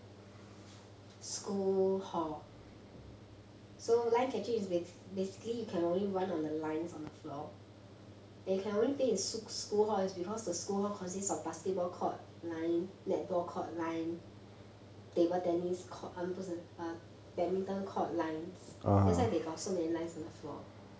school hall so line catching is bas~ basically you can only run on the lines on the floor then you can only play in sch~ school hall is because the school hall consist of basketball court line netball court line table tennis court um 不是 err badminton court lines that's why they got so many lines on the floor